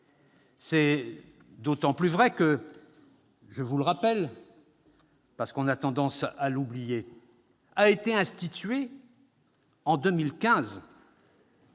C'est d'autant plus vrai que, je vous le rappelle- on a tendance à l'oublier !-, a été institué en 2015